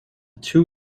two